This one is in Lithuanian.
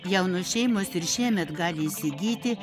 jaunos šeimos ir šiemet gali įsigyti